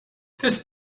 this